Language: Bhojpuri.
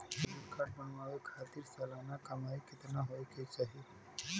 क्रेडिट कार्ड बनवावे खातिर सालाना कमाई कितना होए के चाही?